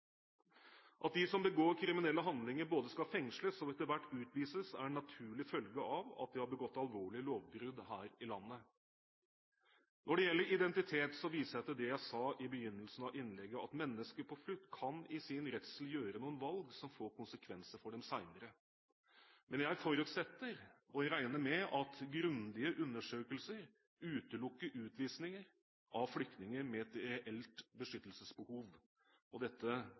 At de som begår kriminelle handlinger både skal fengsles og etter hvert utvises, er en naturlig følge av at de har begått alvorlige lovbrudd her i landet. Når det gjelder identitet, viser jeg til det jeg sa i begynnelsen av innlegget, at mennesker på flukt i sin redsel kan gjøre noen valg som får konsekvenser for dem senere. Men jeg forutsetter, og jeg regner med, at grundige undersøkelser utelukker utvisning av flyktninger med reelt beskyttelsesbehov. Dette